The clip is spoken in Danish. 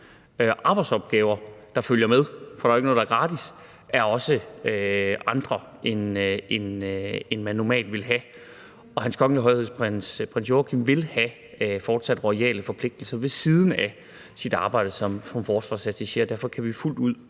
arbejdsopgaver, der følger med, for der er jo ikke noget, der er gratis, er også andre, end man normalt ville have. Og Hans Kongelige Højhed Prins Joachim vil fortsat have royale forpligtelser ved siden af sit arbejde som forsvarsattaché, og derfor kan vi fuldt ud